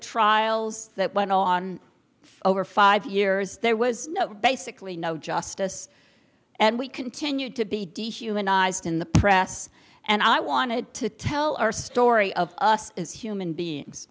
trials that went on for over five years there was no basically no justice and we continued to be dehumanized in the press and i wanted to tell our story of us as human